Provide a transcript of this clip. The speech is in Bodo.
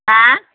हा